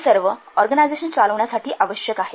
हे सर्व संस्था चालविण्यासाठी आवश्यक आहे